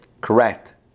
correct